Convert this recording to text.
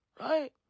Right